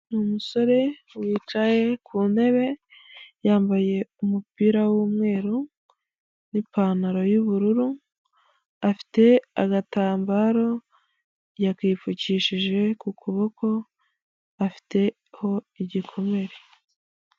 Ni umusore wicaye ku ntebe yambaye umupira w'umweru n'ipantaro y'ubururu, afite agatambaro yakipfukishije ku kuboko afiteho igikomere.